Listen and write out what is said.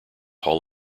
hall